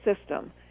system